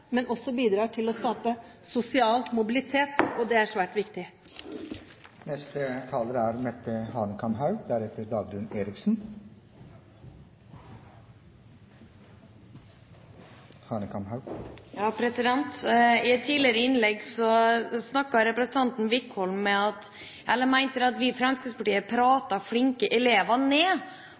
men også bidrar til å skape sosial mobilitet, og det er svært viktig. I et tidligere innlegg mente representanten Wickholm at vi i Fremskrittspartiet pratet flinke elever ned